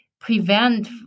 prevent